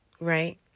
Right